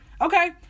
Okay